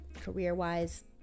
career-wise